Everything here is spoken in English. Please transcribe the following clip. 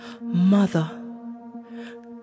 mother